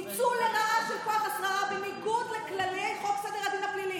ניצול לרעה של כוח השררה בניגוד לכללי חוק סדר הדין הפלילי.